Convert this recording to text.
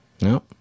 No